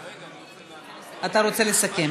רגע, רגע, אתה רוצה לסכם.